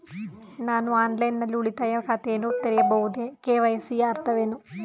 ನಾನು ಆನ್ಲೈನ್ ನಲ್ಲಿ ಉಳಿತಾಯ ಖಾತೆಯನ್ನು ತೆರೆಯಬಹುದೇ? ಕೆ.ವೈ.ಸಿ ಯ ಅರ್ಥವೇನು?